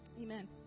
Amen